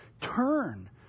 turn